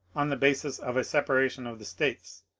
on the basis of a separation of the states,